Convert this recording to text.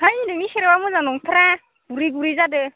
है नोंनि सेरेबा मोजां नंथ्रा गुरि गुरि जादो